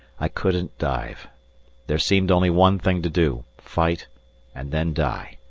i couldn't dive there seemed only one thing to do fight and then die.